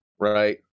right